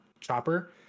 chopper